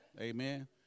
Amen